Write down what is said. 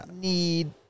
need